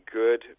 good